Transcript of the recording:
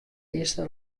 earste